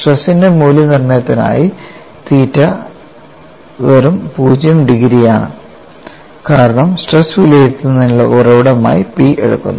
സ്ട്രെസ്ന്റെ മൂല്യനിർണ്ണയത്തിനായി തീറ്റ വെറും 0 ഡിഗ്രിയാണ് കാരണം സ്ട്രെസ് വിലയിരുത്തുന്നതിനുള്ള ഉറവിടമായി P എടുക്കുന്നു